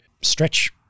stretch